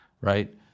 Right